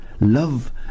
love